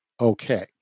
okay